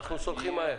אנחנו סולחים מהר.